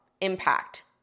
impact